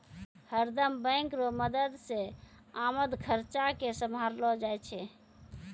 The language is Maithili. हरदम बैंक रो मदद से आमद खर्चा के सम्हारलो जाय छै